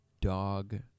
dog